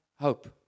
hope